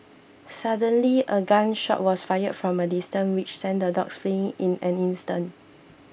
suddenly a gunshot was fired from a distance which sent the dogs fleeing in an instant